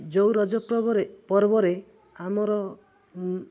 ଯେଉଁ ରଜ ପର୍ବରେ ପର୍ବରେ ଆମର